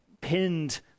pinned